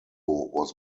was